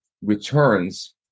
returns